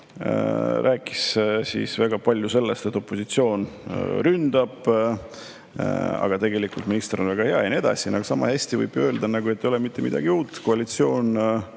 rääkis väga palju sellest, et opositsioon ründab, aga tegelikult minister on väga hea ja nii edasi. Sama hästi võib öelda, et ei ole mitte midagi uut. Koalitsioon